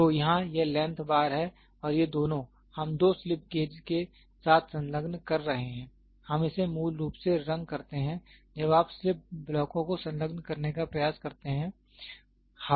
तो यहां यह लेंथ बार है और ये दोनों हम दो स्लिप गेज के साथ संलग्न कर रहे हैं हम इसे मूल रूप से रंग करते हैं जब आप स्लिप ब्लॉकों को संलग्न करने का प्रयास करते हैं